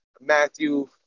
Matthew